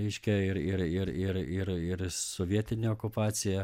reiškia ir ir ir ir ir ir ir sovietinė okupacija